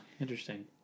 interesting